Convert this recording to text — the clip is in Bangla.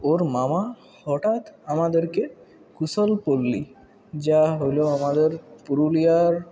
ওর মামা হঠাৎ আমাদেরকে কুশলপল্লী যাওয়া হলো আমাদের পুরুলিয়ার